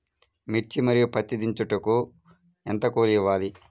మిర్చి మరియు పత్తి దించుటకు ఎంత కూలి ఇవ్వాలి?